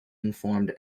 informed